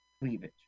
cleavage